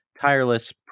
Tireless